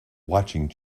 watching